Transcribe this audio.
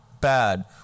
bad